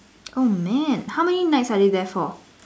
oh man how many nights are you there for